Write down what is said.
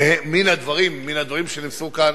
מן הדברים שנמסרו כאן,